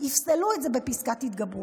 יפסלו את זה בפסקת התגברות.